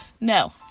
no